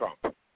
Trump